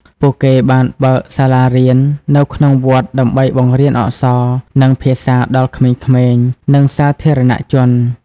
ពួកគេបានបើកសាលារៀននៅក្នុងវត្តដើម្បីបង្រៀនអក្សរ និងភាសាដល់ក្មេងៗ និងសាធារណជន។